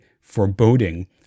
foreboding